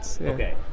Okay